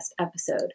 episode